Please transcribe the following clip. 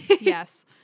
yes